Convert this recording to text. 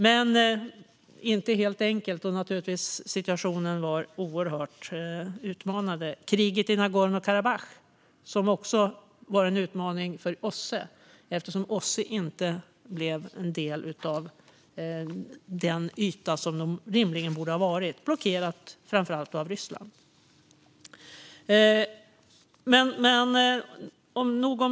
Men det har inte varit helt enkelt, och situationen har naturligtvis varit oerhört utmanande. Kriget i Nagorno-Karabach var också en utmaning för OSSE, eftersom OSSE inte blev en del av "ytan" på det sätt de rimligen borde ha varit - blockerat framför allt av Ryssland.